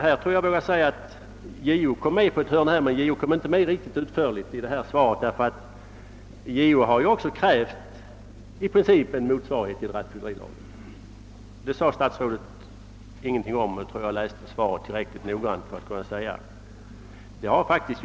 JO kom med på ett hörn i statsrådets svar, men han blev inte nog utförligt refererad. JO har nämligen också i princip krävt en motsvarighet till rattfyllerilagen, men det sade statsrådet ingenting om; jag tror att jag har lyssnat tillräckligt noggrant till svaret för att våga påstå det.